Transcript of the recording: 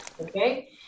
okay